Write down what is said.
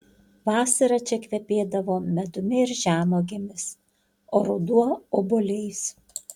vasara čia kvepėdavo medumi ir žemuogėmis o ruduo obuoliais